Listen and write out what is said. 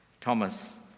Thomas